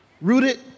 rooted